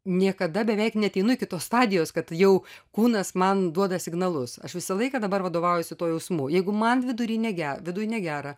niekada beveik neateinu iki tos stadijos kad jau kūnas man duoda signalus aš visą laiką dabar vadovaujuosi tuo jausmu jeigu man vidury negera viduj negera